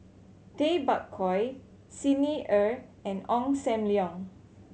Tay Bak Koi Xi Ni Er and Ong Sam Leong